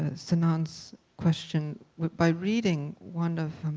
ah sinan's question by reading one of